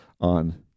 on